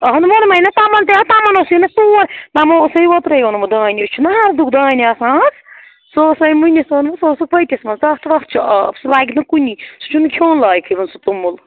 اَہَنُو ووٚنمَے نہ تَمن تہِ ہاو تَمن اوسُے نہٕ سور تَمو اوسَے اوترٕے اوٚنمُت دانہِ أسۍ چھِنا ہردُک دانہِ آسان آز سُہ اوس ہے مُنتھ اوٚنمُت سُہ اوسُکھ ؤٹس منٛز تَتھ وتھ چھُ آب سُہ لَگہِ نہٕ کُنی سُہ چھُنہٕ کھیوٚن لایکھٕے وۄنۍ سُہ توٚمُل